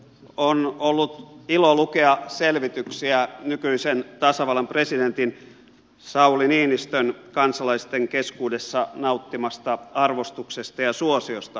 on ollut ilo lukea selvityksiä nykyisen tasavallan presidentin sauli niinistön kansalaisten keskuudessa nauttimasta arvostuksesta ja suosiosta